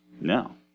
No